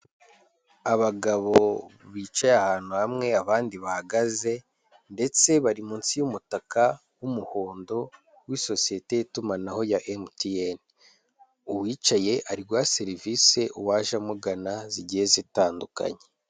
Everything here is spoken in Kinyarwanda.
Abagabo bicaye ahantu hamwe abandi bahagaze ndetse bari munsi y'umutaka w'umuhondo w'isosiyete y'itumanaho ya MTN, uwicaye ari guhaha serivisi uwaje amugana zigiye zitandukanye.